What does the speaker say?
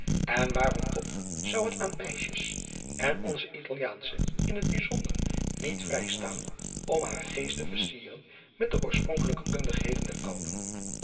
en waarom toch zou het aan meisjes en onze italiaansche in het bijzonder niet vrijstaan om haar geest te versieren met de oorspronkelijke kundigheden der ouden